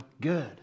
good